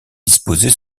disposées